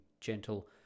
gentle